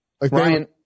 Ryan